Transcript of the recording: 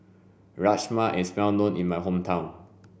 rajma is well known in my hometown